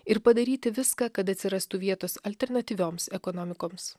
ir padaryti viską kad atsirastų vietos alternatyvioms ekonomikoms